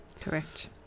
Correct